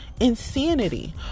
insanity